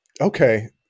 Okay